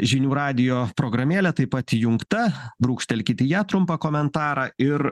žinių radijo programėlė taip pat įjungta brūkštelkit į ją trumpą komentarą ir